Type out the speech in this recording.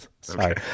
Sorry